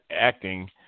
acting